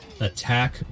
attack